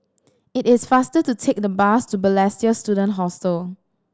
it is faster to take the bus to Balestier Student Hostel